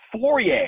Fourier